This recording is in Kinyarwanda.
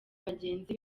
bagenzi